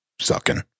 sucking